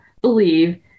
believe